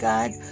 God